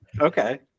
Okay